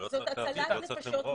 זו ממש הצלת נפשות.